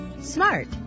smart